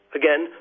again